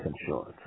insurance